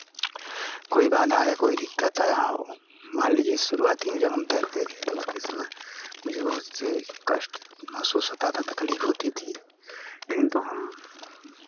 कोई बाधा या कोई दिक्कत आया हो मान लीजिए शुरुआती में जब हम तैरते थे तो उसके समय मुझे बहुत से कष्ट महसूस होता था तकलीफ होती थी लेकिन तो हम